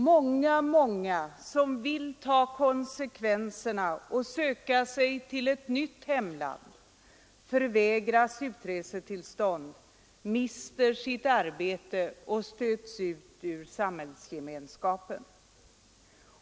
Många, många som vill ta konsekvenserna och söka sig till ett nytt hemland förvägras utresetillstånd, mister sitt arbete och stöts ut ur samhällsgemenskapen.